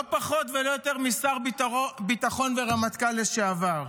לא פחות ולא יותר משר ביטחון והרמטכ"ל לשעבר.